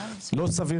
לא סביר